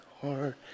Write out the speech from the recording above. heart